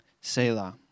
Selah